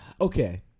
Okay